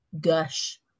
gush